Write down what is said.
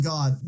God